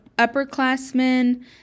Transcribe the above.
upperclassmen